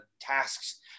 tasks